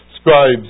scribes